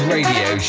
Radio